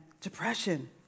depression